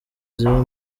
ziba